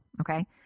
okay